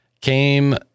came